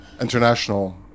international